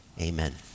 Amen